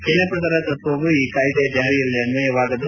ಕೆನೆ ಪದರದ ತತ್ವವೂ ಈ ಕಾಯ್ದೆಯ ಜಾರಿಯಲ್ಲಿ ಅನ್ವಯವಾಗದು